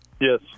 Yes